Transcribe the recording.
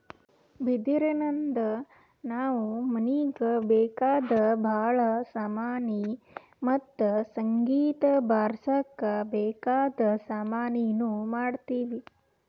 ಬಿದಿರಿನ್ದ ನಾವ್ ಮನೀಗ್ ಬೇಕಾದ್ ಭಾಳ್ ಸಾಮಾನಿ ಮತ್ತ್ ಸಂಗೀತ್ ಬಾರ್ಸಕ್ ಬೇಕಾದ್ ಸಾಮಾನಿನೂ ಮಾಡ್ತೀವಿ